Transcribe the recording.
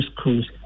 schools